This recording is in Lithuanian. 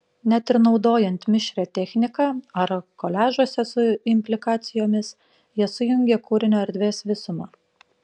net ir naudojant mišrią techniką ar koliažuose su implikacijomis jie sujungia kūrinio erdvės visumą